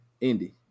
Indy